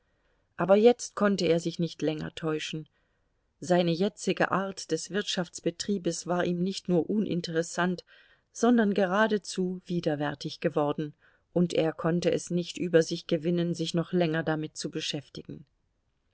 aber jetzt konnte er sich nicht länger täuschen seine jetzige art des wirtschaftsbetriebes war ihm nicht nur uninteressant sondern geradezu widerwärtig geworden und er konnte es nicht über sich gewinnen sich noch länger damit zu beschäftigen